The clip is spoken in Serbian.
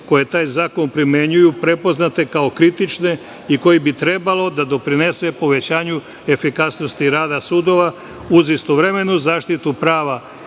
koje taj zakon primenjuju prepoznate kao kritične, i koji bi trebalo da doprinese povećanju efikasnosti rada sudova uz istovremenu zaštitu prava